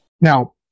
now